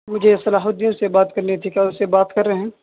مجھے صلاح الدین سے بات کرنی تھی کیا اس سے بات کر رہے ہیں